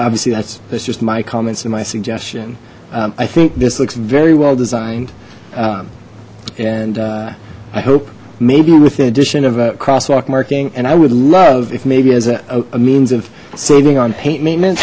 obviously that's that's just my comments to my suggestion i think this looks very well designed and i hope maybe with the addition of a crosswalk marking and i would love if maybe as a means of saving on paint maintenance